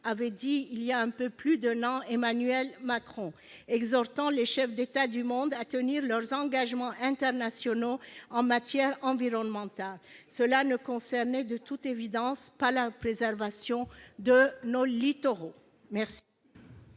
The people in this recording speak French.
a dit voilà plus d'un an Emmanuel Macron, exhortant les chefs d'État du monde à respecter leurs engagements internationaux en matière environnementale. Cela ne concernait de toute évidence pas la préservation de nos littoraux ...